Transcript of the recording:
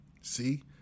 See